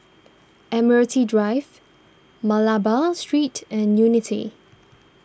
Admiralty Drive Malabar Street and Unity